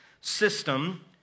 system